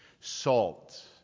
Salt